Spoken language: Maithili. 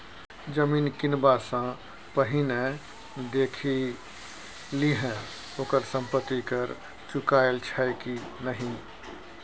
जमीन किनबा सँ पहिने देखि लिहें ओकर संपत्ति कर चुकायल छै कि नहि?